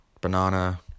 banana